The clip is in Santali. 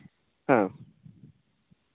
ᱦᱮᱸ